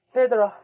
Pedro